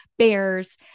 bears